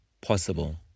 possible